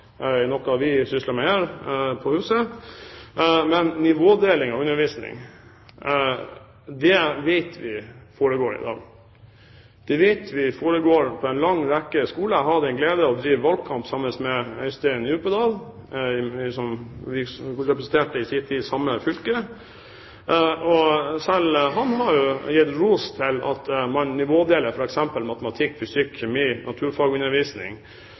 noe vi sysler med her på huset. Men vi vet at nivådeling av undervisningen foregår i dag. Det vet vi foregår på mange skoler. Jeg hadde den glede å drive valgkamp sammen med Øystein Djupedal – vi representerte i sin tid samme fylke – og selv han har gitt ros for at man nivådeler undervisningen f.eks. i matematikk,